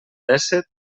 dèsset